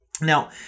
Now